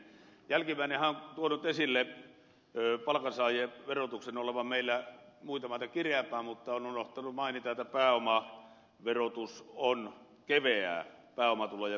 jälkimmäinenhän on tuonut esille palkansaajien verotuksen olevan meillä muita maita kireämpää mutta on unohtanut mainita että pääomatulojen verotus on keveää